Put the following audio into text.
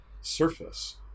surface